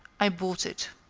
i bought it.